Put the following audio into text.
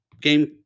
game